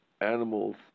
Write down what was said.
animals